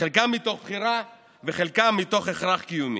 חלקם מתוך בחירה וחלקם מתוך הכרח קיומי.